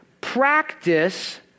practice